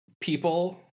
people